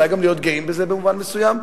אולי גם להיות גאים בזה במובן מסוים,